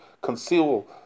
conceal